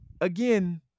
Again